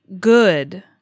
good